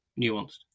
nuanced